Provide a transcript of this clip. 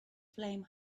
flame